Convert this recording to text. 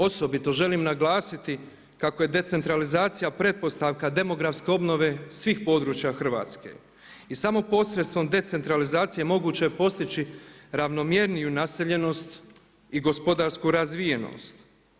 Osobito želim naglasiti kako je decentralizacija pretpostavka demografske obnove svih područja Hrvatske i samo posredstvom decentralizacije moguće je postići ravnomjerniju naseljenost i gospodarsku razvijenost.